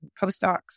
postdocs